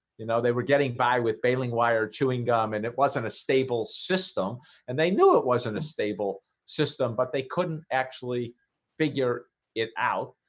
you know they were getting by with baling wire chewing gum and it wasn't a stable system and they knew it wasn't a stable system but they couldn't actually figure it out